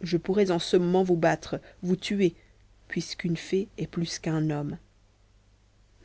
je pourrais à ce moment vous battre vous tuer puisqu'une fée est plus qu'un homme